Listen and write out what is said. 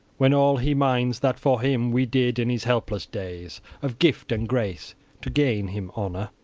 when all he minds that for him we did in his helpless days of gift and grace to gain him honor!